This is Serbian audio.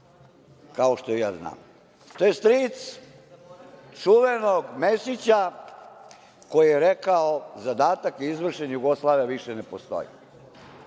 kao što ja znam. To je stric čuvenog Mesića koji je rekao - Zadatak je izvršen, Jugoslavija više ne postoji.